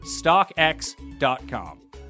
StockX.com